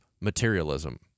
materialism